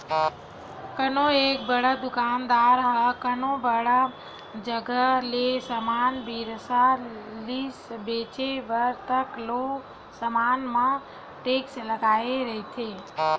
कोनो एक बड़का दुकानदार ह कोनो बड़का जघा ले समान बिसा लिस बेंचे बर त ओ समान म टेक्स लगे रहिथे